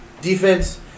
Defense